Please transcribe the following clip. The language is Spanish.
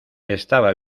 estaba